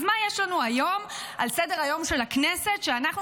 אז מה יש לנו היום על סדר-היום של הכנסת שאנחנו,